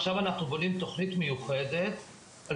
עכשיו אנחנו בונים תוכנית מיוחדת על